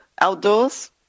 outdoors